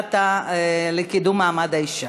בוועדה לקידום מעמד האישה.